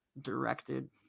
directed